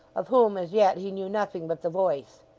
of whom, as yet, he knew nothing but the voice.